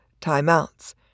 timeouts